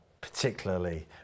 particularly